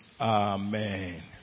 Amen